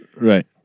Right